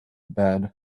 bed